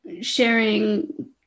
sharing